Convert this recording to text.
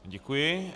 Děkuji.